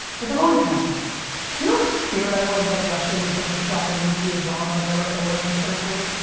but there always has been. do you know how scared i was that russia was gonna drop a nuclear bomb on america when i was in third grade?